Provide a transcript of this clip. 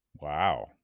Wow